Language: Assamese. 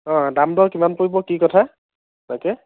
অঁ দাম দৰ কিমান পৰিব কি কথা তাকে